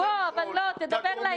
בוא תדבר לעניין.